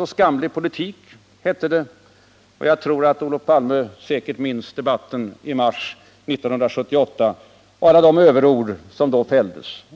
och skamlig” politik, hette det t.o.m. Jag tror säkert att Olof Palme minns debatten med mig i mars 1978 och alla de överord som då fälldes.